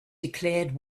declared